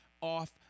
off